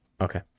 Okay